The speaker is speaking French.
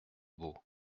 beaux